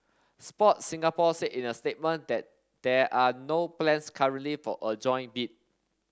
Sports Singapore said in a statement that there are no plans currently for a joint bid